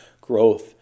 growth